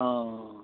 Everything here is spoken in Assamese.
অঁ